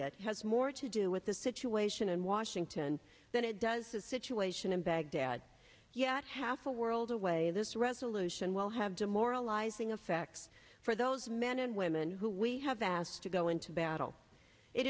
it has more to do with the situation in washington than it does the situation in baghdad yet half a world away this resolution will have demoralizing effect for those men and women who we have asked to go into battle it